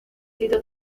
sido